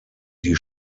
die